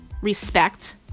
respect